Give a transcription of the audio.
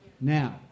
Now